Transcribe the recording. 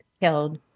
killed